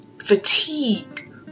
fatigue